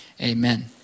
Amen